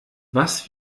was